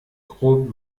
grob